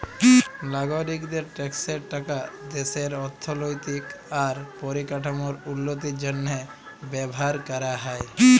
লাগরিকদের ট্যাক্সের টাকা দ্যাশের অথ্থলৈতিক আর পরিকাঠামোর উল্লতির জ্যনহে ব্যাভার ক্যরা হ্যয়